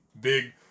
big